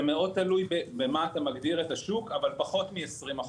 זה מאוד תלוי במה אתה מגדיר את השוק אבל פחות מ-20%.